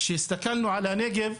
כשהסתכלנו על הנגב,